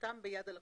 ונחתם ביד הלקוח.